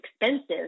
expensive